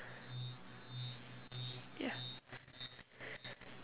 ya